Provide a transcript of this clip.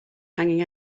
hanging